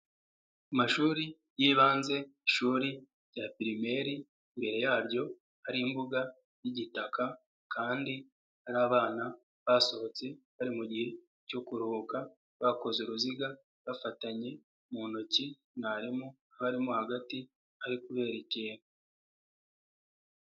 Amashuri y'ibanze, ishuri rya pirimeri, imbere yaryo hari imbuga y'igitaka, kandi hari abana basohotse, bari mu gihe cyo kuruhuka, bakoze uruziga, bafatanye mu ntoki, mwarimu abarimo hagati ari kuberekera.